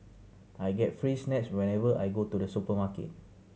I get free snacks whenever I go to the supermarket